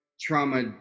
trauma